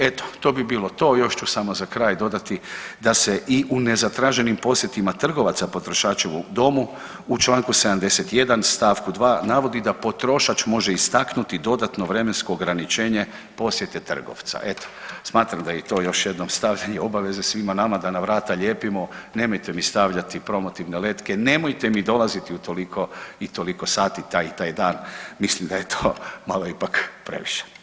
Eto, to bi bilo to, još ću samo za kraj dodati da se u nezatraženim posjetima trgovaca potrošačevom domu u čl. 71. st. 2. navodi da potrošač može istaknuti dodatno vremensko ograničenje posjete trgovca, eto smatram da i to još jednom stavljanje obaveze svima nama da na vrata lijepimo nemojte mi stavljati promotivne letke, nemojte mi dolaziti u toliko i toliko sati taj i taj dan, mislim da je to malo ipak previše.